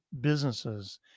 businesses